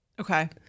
okay